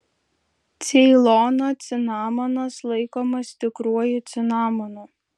ceilono cinamonas laikomas tikruoju cinamonu